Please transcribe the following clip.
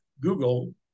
Google